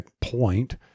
point